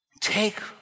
Take